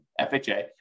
FHA